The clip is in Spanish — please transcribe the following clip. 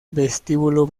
vestíbulo